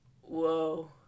whoa